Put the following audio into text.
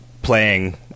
Playing